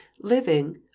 living